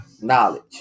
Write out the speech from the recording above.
knowledge